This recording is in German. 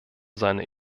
seiner